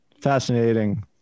fascinating